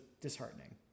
disheartening